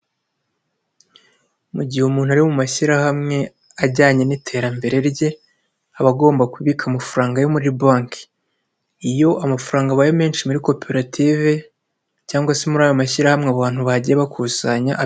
Mu gihe umuntu ari mu mashyirahamwe ajyanye n'iterambere rye, aba agomba kubika amafaranga yo muri banki. Iyo amafaranga abaye menshi muri koperative cyangwa se muri ayo mashyirahamwe abantu bagiye bakusanya.